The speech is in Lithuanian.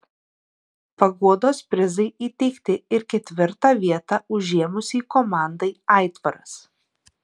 paguodos prizai įteikti ir ketvirtą vietą užėmusiai komandai aitvaras